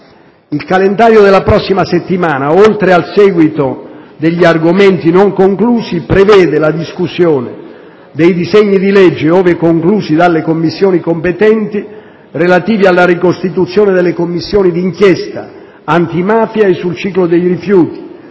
Il calendario della prossima settimana, oltre al seguito degli argomenti non conclusi, prevede la discussione dei disegni di legge, ove conclusi dalle Commissioni competenti, relativi alla ricostituzione delle Commissioni di inchiesta antimafia e sul ciclo dei rifiuti,